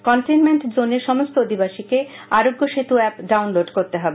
containment জোনে সমস্ত অধিবাসীকে আরোগ্য সেতু অ্যাপ ডাউনলোড করতে হবে